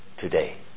today